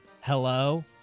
Hello